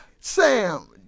Sam